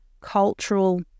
cultural